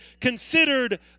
considered